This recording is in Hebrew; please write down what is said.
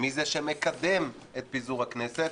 מי זה שמקדם את פיזור הכנסת,